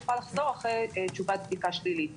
יוכל לחזור אחרי קבלת תשובת בדיקה שלילית